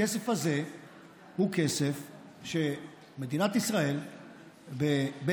הכסף הזה הוא כסף שמדינת ישראל בדרכה,